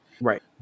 Right